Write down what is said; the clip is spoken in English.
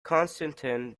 konstantin